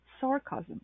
sarcasm